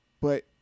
But-